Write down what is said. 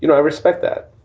you know i respect that.